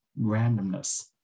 randomness